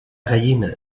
gallina